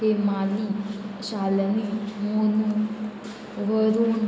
Hemali Shalini Monu Varun